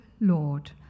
Lord